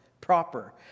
proper